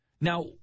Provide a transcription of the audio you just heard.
Now